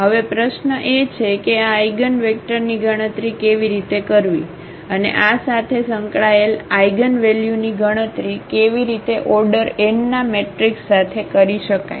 હવે પ્રશ્ન એ છે કે આ આઇગનવેક્ટર ની ગણતરી કેવી રીતે કરવી અને આ સાથે સંકળાયેલ આઇગનવેલ્યુની ગણતરી કેવી રીતે ઓર્ડર n ના મેટ્રિક્સ સાથે કરી શકાય